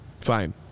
Fine